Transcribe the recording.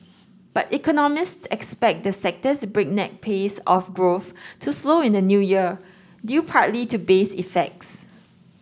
but economists expect the sector's breakneck pace of growth to slow in the new year due partly to base effects